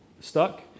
stuck